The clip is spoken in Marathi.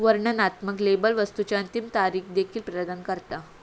वर्णनात्मक लेबल वस्तुची अंतिम तारीख देखील प्रदान करता